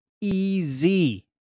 easy